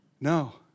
No